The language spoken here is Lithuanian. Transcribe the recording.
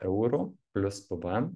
eurų plius pvm